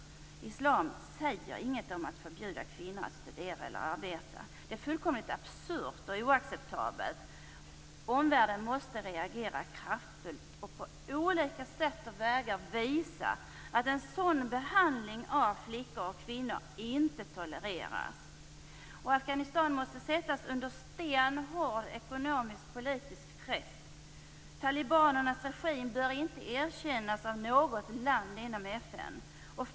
Islam säger inget om att förbjuda kvinnor att studera eller arbeta. Detta är fullkomligt absurt och oacceptabelt. Omvärlden måste reagera kraftfullt och på olika sätt och vägar visa att en sådan behandling av flickor och kvinnor inte tolereras. Afghanistan måste sättas under stenhård ekonomisk och politisk press. Talibanernas regim bör inte erkännas av något land inom FN.